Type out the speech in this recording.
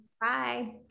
Bye